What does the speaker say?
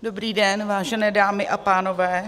Dobrý den vážené dámy a pánové.